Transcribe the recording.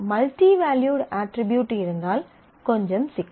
multi valued attribute இருந்தால் கொஞ்சம் சிக்கல்